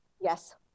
Yes